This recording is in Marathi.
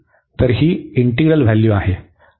तर ही इंटीग्रल व्हॅल्यू आहे